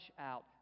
out